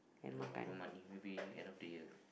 no no money maybe end of the year